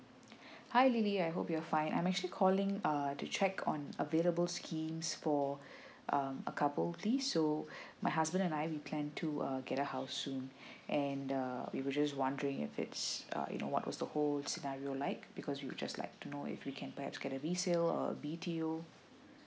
hi lily I hope you're fine I'm actually calling uh to check on available schemes for um a couple glee so my husband and I we plan to uh get a house soon and uh we will just wondering if it's err you know what was the whole scenario like because we are just like to know if we can perhaps get a resale or a B_T_O